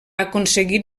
aconseguit